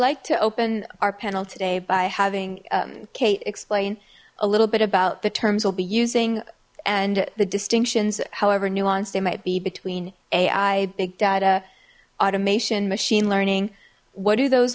like to open our panel today by having kate explain a little bit about the terms we'll be using and the distinctions however nuanced they might be between ai big data automation machine learning what do those